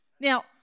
Now